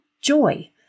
joy